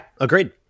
agreed